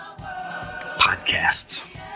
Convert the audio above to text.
podcasts